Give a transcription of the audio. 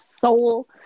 soul